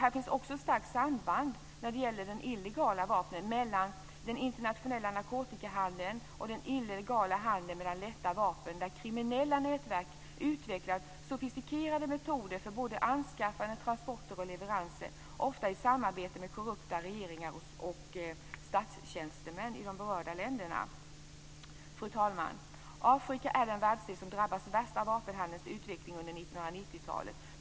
Det finns ett starkt samband mellan den internationella narkotikahandeln och den illegala handeln med lätta vapen, där kriminella nätverk utvecklat sofistikerade metoder för både anskaffande, transport och leverans - ofta i samarbete med korrupta regeringar och statstjänstemän i de berörda länderna. Fru talman! Afrika är den världsdel som drabbats värst av vapenhandelns utveckling under 1990-talet.